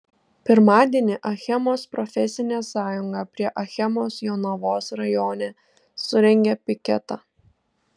pirmadienį achemos profesinė sąjunga prie achemos jonavos rajone surengė piketą